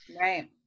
Right